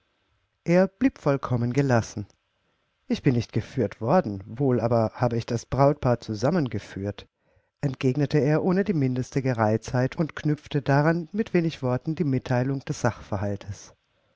er blieb vollkommen gelassen ich bin nicht geführt worden wohl aber habe ich das brautpaar zusammengeführt entgegnete er ohne die mindeste gereiztheit und knüpfte daran mit wenig worten die mitteilung des sachverhaltes